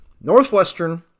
Northwestern